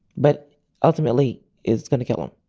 but ultimately it's gonna kill them